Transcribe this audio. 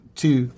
two